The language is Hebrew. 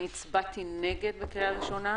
אני הצבעתי נגד בקריאה הראשונה.